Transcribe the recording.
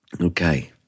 Okay